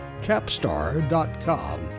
Capstar.com